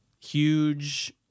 huge